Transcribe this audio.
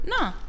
No